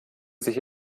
sich